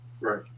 Right